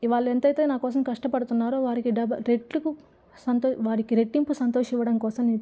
ఇవాళ ఎంతైతే నాకోసం కష్టపడుతున్నారో వారికి డబల్ రెట్లుకు సంతో వారికి రెట్టింపు సంతోషం ఇవ్వడం కోసం నే